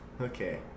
Okay